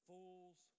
Fools